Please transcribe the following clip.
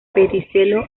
pedicelo